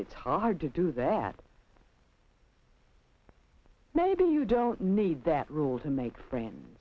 it's hard to do that maybe you don't need that rule to make friends